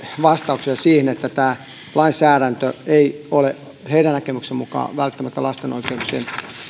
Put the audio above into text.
vastauksen että tämä lainsäädäntö ei ole heidän näkemyksensä mukaan välttämättä lasten oikeuksien